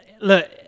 look